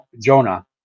jonah